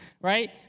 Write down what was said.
right